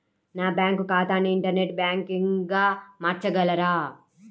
నా బ్యాంక్ ఖాతాని ఇంటర్నెట్ బ్యాంకింగ్గా మార్చగలరా?